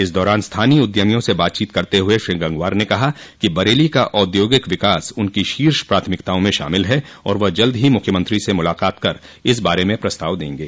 इस दौरान स्थानीय उद्यमियों स बातचीत करते हुए श्री गंगवार ने कहा कि बरेली का औद्योगिक विकास उनकी शीर्ष प्राथमिकताओ मे शामिल है और वह जल्द ही मुख्यमंत्री से मुलाकात कर इस बारे में प्रस्ताव देंगे